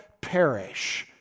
Perish